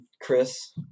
Chris